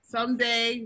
Someday